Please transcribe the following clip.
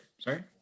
Sorry